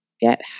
Get